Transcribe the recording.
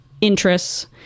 interests